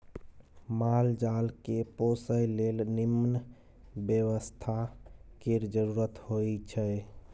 माल जाल केँ पोसय लेल निम्मन बेवस्था केर जरुरत होई छै